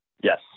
Yes